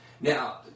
now